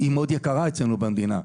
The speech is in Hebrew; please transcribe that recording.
מאוד יקרה אצלנו במדינה.